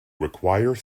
require